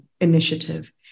Initiative